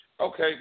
Okay